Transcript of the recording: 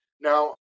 now